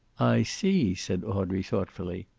i see, said audrey, thoughtfully.